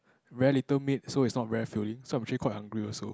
very little meat so it's not very filing so I'm actually quite hungry also